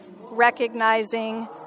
recognizing